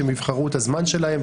הם יבחרו את הזמן שלהם,